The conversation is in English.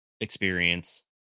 experience